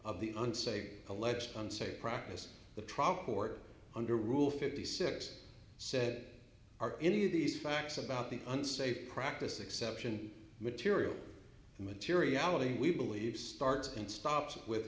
of the unsavory alleged unsafe practices the trial court under rule fifty six said are any of these facts about the unsafe practice exception material materiality we believe starts and stops with